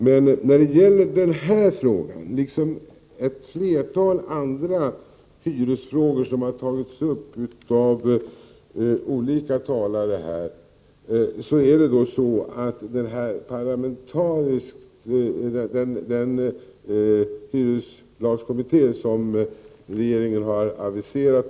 Den här frågan, liksom ett flertal andra hyresfrågor som har tagits upp av olika talare, skall granskas av den hyreslagkommitté som regeringen har aviserat.